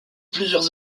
plusieurs